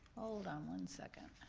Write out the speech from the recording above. hold on one second.